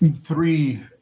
three